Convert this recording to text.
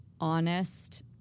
honest